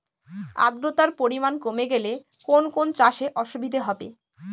আদ্রতার পরিমাণ কমে গেলে কোন কোন চাষে অসুবিধে হবে?